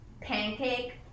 Pancake